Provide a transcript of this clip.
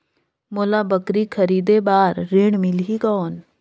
मोला बकरी खरीदे बार ऋण मिलही कौन?